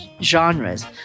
genres